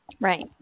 Right